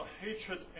hatred